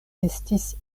estis